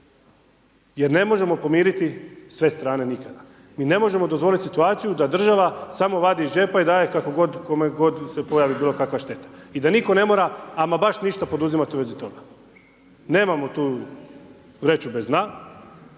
Ne možemo pomiriti sve strane nikada. Mi ne možemo dozvoliti situaciju da država samo vadi iz džepa i daje kako god kome god se pojavi bilo koja šteta. I da nitko ne mora, ama baš ništa poduzimati u vezi toga. Nemamo tu vreću bez